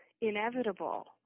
inevitable